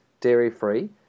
dairy-free